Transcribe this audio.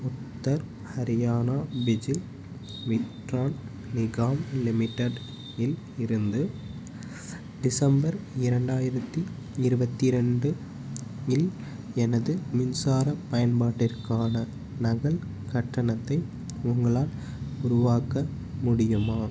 Uttar Haryana Bijli Vitran Nigam limited இல் இருந்து December இரண்டாயிரத்து இருபத்தி ரெண்டு இல் எனது மின்சார பயன்பாட்டிற்கான நகல் கட்டணத்தை உங்களால் உருவாக்க முடியுமா